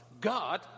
God